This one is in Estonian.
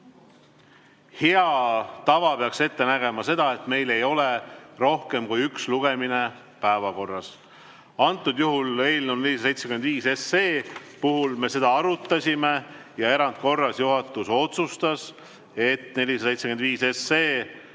hea tava peaks ette nägema, et meil ei ole rohkem kui üks lugemine päevakorras. Seekord eelnõu 475 puhul me seda arutasime ja erandkorras juhatus otsustas, et 475 SE